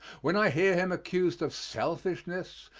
when i hear him accused of selfishness,